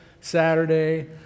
Saturday